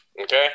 Okay